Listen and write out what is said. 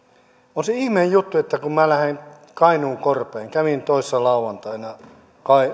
se ihmeen juttu että kun minä lähden kainuun korpeen kävin toissa lauantaina